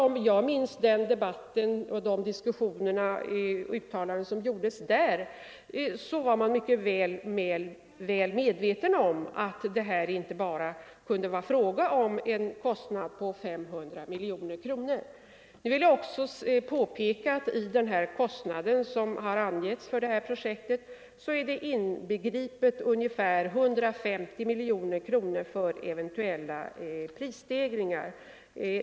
Om jag minns den debatten och de uttalanden som gjordes där rätt var man mycket väl medveten om att det kunde vara fråga om inte bara en kostnad på 500 miljoner kronor. Jag vill påpeka att i den kostnad som har angivits för projektet är också inbegripet ungefär 150 miljoner kronor för eventuella prisstegringar.